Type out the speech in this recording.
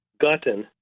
gotten